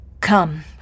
Come